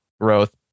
growth